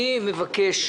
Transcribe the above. אני מבקש,